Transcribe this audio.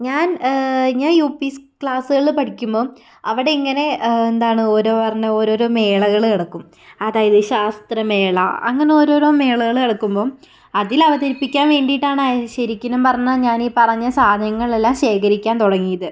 ഞാന് ഞാൻ UP school ക്ളാസുകളിൽ പഠിക്കുമ്പം അവിടെ ഇങ്ങനെ എന്താണ് ഓരോ പറഞ്ഞ ഓരോരോ മേളകൾ നടക്കും അതായത് ശാസ്ത്ര മേള അങ്ങനെ ഓരോരോ മേളകൾ നടക്കുമ്പം അതിൽ അവതരിപ്പിക്കാൻ വേണ്ടിയിട്ടാണ് ശരിക്കിനും പറഞ്ഞാല്ല് ഞാൻ ഈ പറഞ്ഞ സാധനങ്ങൾ എല്ലാം ശേഖരിക്കാൻ തുടങ്ങിയത്